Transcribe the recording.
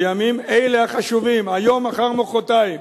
בימים אלה החשובים, היום, מחר, מחרתיים,